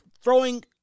throwing –